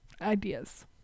ideas